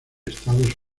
estados